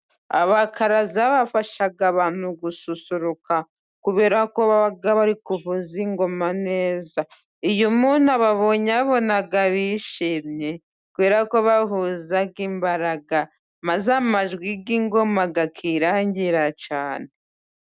Abakaraza bafasha abantu gususuruka. Kubera ko babarikuvuza ingoma neza. Iyo umuntu ababonye abona bishimye. Kubera ko bahuza imbaraga maze amajwi y'ingoma akirangira cyane.